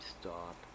stop